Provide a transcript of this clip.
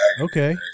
Okay